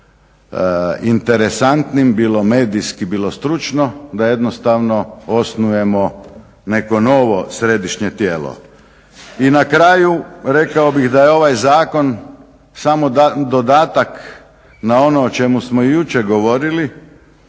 interesantnim bilo medijski, bilo stručno, da jednostavno osnujemo neko novo središnje tijelo. I na kraju rekao bih da je ovaj zakon samo dodatak na ono o čemu smo jučer govorili